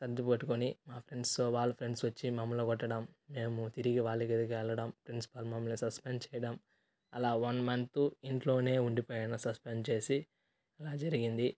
గొంతు పట్టుకొని మా ఫ్రెండ్స్ వాళ్ళ ఫ్రెండ్స్ వచ్చి మమ్మల్నికొట్టడం మేము తిరిగి వాళ్ళ గదికెళ్లడం ప్రిన్సిపల్ మమ్మల్ని సస్పెండ్ చేయడం అలా వన్ మంతు ఇంట్లోనే ఉండిపోయాను సస్పెండ్ చేసి ఇలా జరిగింది